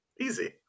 Easy